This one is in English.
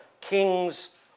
king's